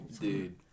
dude